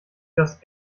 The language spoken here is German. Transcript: das